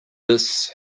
this